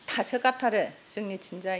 थासोगारथारो जोंनिथिंजाय